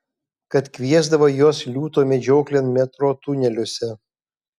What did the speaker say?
kad kviesdavo juos liūto medžioklėn metro tuneliuose